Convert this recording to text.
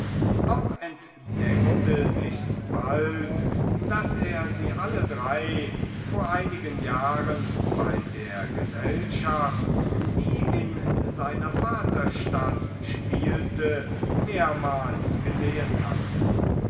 auch entdeckte sich's bald daß er sie alle drei vor einigen jahren bei der gesellschaft die in seiner vaterstadt spielte mehrmals gesehen hatte